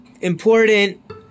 important